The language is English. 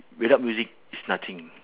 without music is nothing